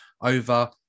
over